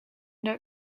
der